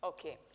Okay